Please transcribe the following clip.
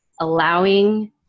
allowing